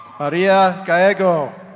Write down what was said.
maria gallego.